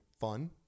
fun